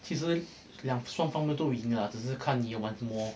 其实两双方面都赢啊只是看你玩什么